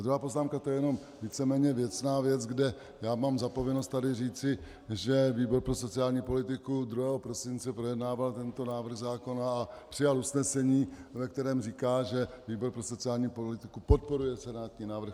Druhá poznámka, to je jenom víceméně věcná věc, kde já mám za povinnost tady říci, že výbor pro sociální politiku 2. prosince projednával tento návrh zákona a přijal usnesení, ve kterém říká, že výbor pro sociální politiku podporuje senátní návrh.